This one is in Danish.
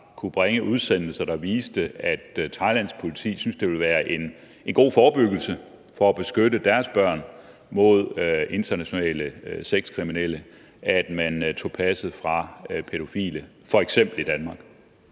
kunne bringe udsendelser, der viste, at Thailands politi syntes, det ville være en god forebyggelse for at beskytte deres børn mod internationale sexkriminelle, at man tog passet fra pædofile, f.eks. i Danmark.